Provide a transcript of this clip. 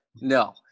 no